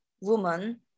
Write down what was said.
woman